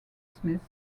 smith